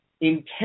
intent